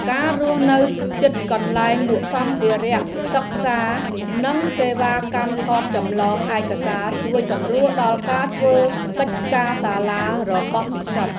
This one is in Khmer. ការរស់នៅជិតកន្លែងលក់សម្ភារៈសិក្សានិងសេវាកម្មថតចម្លងឯកសារជួយសម្រួលដល់ការធ្វើកិច្ចការសាលារបស់និស្សិត។